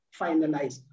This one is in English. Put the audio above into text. finalized